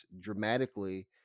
dramatically